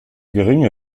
geringe